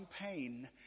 pain